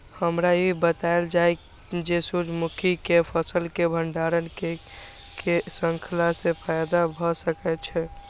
हमरा ई बतायल जाए जे सूर्य मुखी केय फसल केय भंडारण केय के रखला सं फायदा भ सकेय छल?